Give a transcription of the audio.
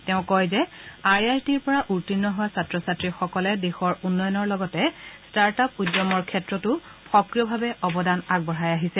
তেওঁ কয় যে আই আই টিৰ পৰা উৰ্গ্বিণ হোৱা ছাত্ৰ ছাত্ৰীসকলে দেশৰ উন্নয়নৰ লগতে ষ্টাৰ্টআপ উদ্যমৰ ক্ষেত্ৰতো সক্ৰিয়ভাবে অৱদান আগবঢ়াই আহিছে